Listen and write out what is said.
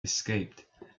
escaped